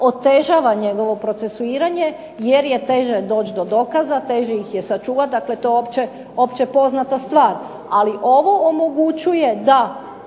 otežava njegovo procesuiranje jer je teže doći do dokaza, teže ih je sačuvati. Dakle, to je opće poznata stvar. Ali ovo omogućuje da